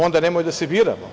Onda nemojte da se biramo.